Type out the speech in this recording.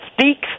speaks